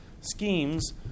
schemes